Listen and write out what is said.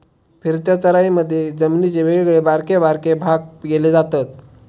फिरत्या चराईमधी जमिनीचे वेगवेगळे बारके बारके भाग केले जातत